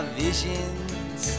visions